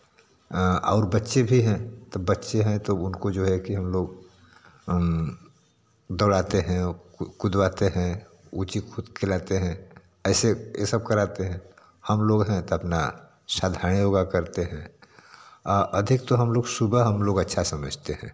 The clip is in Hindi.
और बच्चे भी हैं तो बच्चे हैं तो उनको जो है कि हम लोग दौड़ाते हैं कूदवाते हैं ऊँची खुद खिलाते हैं ऐसे यह सब कराते हैं हम लोग हैं तो अपना साधारण योग करते हैं अधिक तो हम लोग सुबह हम लोग अच्छा समझते हैं